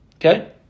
Okay